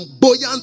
buoyant